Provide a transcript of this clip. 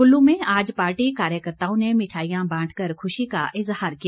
कुल्लू में आज पार्टी कार्यकर्ताओं ने मिठाईयां बांट कर खुशी का इजहार किया